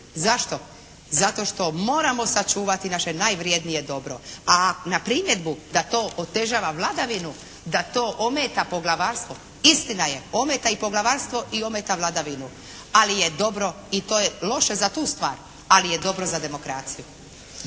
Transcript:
Zašto? Zato što moramo sačuvati naše najvrednije dobro, a na primjedbu da to otežava vladavinu da to ometa poglavarstvo, istina je ometa i poglavarstvo i ometa vladavinu ali je dobro i to je loše za tu stvar, ali je dobro za demokraciju.